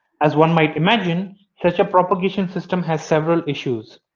as one might imagine such a propagation system has several issues.